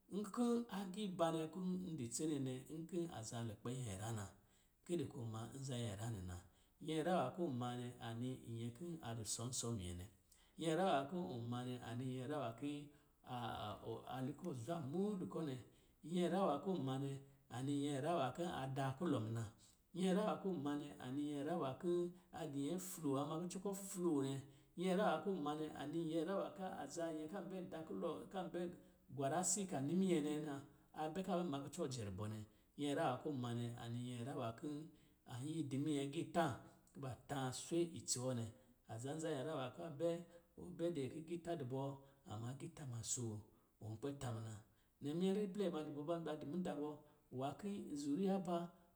Nkɔ̄ agii banɛ kɔ̄ n di tsene nɛ nkɔ̄ a za lukpɛ nyɛra na, kedɛ kɔ̄ ma nza nyɛra nɛ na. Nyɛra wa kɔɔ manɛ ani nyɛ ki a di sɔnsɔ̄ a minyɛ nɛ. Nyɛra wa kɔ̄ ɔ ma nɛ a ni nyɛra wa ki a ali kɔ̄ zwa muudu kɔ̄ nɛ. Nyɛra wa kɔɔ ma nɛ a ni nyɛra wa ki a daa kulɔ muna. Nyɛra wa kɔɔ ma nɛ a ni nyɛra wa kɔ̄ a di nyɛ floo, a ma kucɔ kɔ̄ floo nɛ. Nyɛra wa kɔɔ manɛ a ni nyɛra wa ka aza nyɛ ka bɛ da kulɔ, ka bɛ gwaraa si ka ni minyɛ nɛ na. A bɛ ka bɛ ma kucɔ kɔ̄ jɛ rubɔ nɛ. Nyɛra wa kɔɔ ma nɛ, a ni nyɛra wa kɔ̄ an yiya di minyɛ agiitá kuba tá swe itsi wɔ nɛ. A za nza nyɛra wa ka bɛ, ɔ bɛ dɛ ki giitá du bɔ, a ma agiitá ma soo ɔ kpɛ tá muna. Nnɛ minyɛra iblɛ ba du bɔ, ba di mudaa bɔ, wa ki izuriya ba.